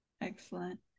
excellent